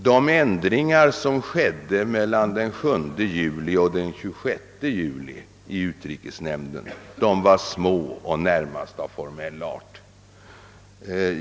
De ändringar som ägde rum mellan den 7 juli och den 26 juli i utrikesnämnden var små och närmast av formell art.